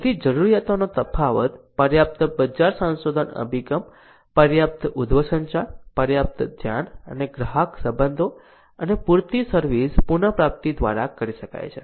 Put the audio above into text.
તેથી જરૂરીયાતોનો તફાવત પર્યાપ્ત બજાર સંશોધન અભિગમ પર્યાપ્ત ઉર્ધ્વ સંચાર પર્યાપ્ત ધ્યાન અને ગ્રાહક સંબંધો અને પૂરતી સર્વિસ પુનપ્રાપ્તિ દ્વારા કરી શકાય છે